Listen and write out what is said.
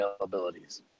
availabilities